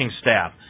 staff